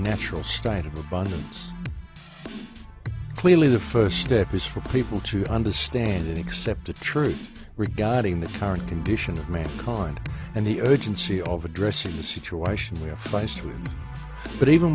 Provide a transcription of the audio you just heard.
natural state of abundance clearly the first step is for people to understand and accept the truth regarding the current condition of mankind and the urgency of addressing the situation where by st but even